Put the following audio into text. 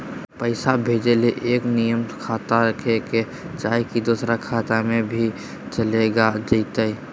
पैसा भेजे ले एके नियर खाता रहे के चाही की दोसर खाता में भी चलेगा जयते?